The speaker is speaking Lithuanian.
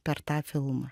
per tą filmą